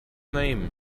name